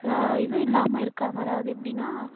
இது இல்லாமல் இருக்காங்க அதாவது எப்படின்னா